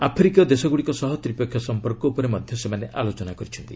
ଆଫ୍ରିକୀୟ ଦେଶଗୁଡ଼ିକ ସହ ତ୍ରିପକ୍ଷିୟ ସମ୍ପର୍କ ଉପରେ ମଧ୍ୟ ସେମାନେ ଆଲୋଚନା କରିଛନ୍ତି